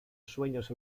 sueños